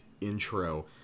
intro